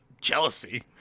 jealousy